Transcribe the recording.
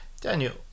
Daniel